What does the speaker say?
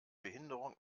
behinderungen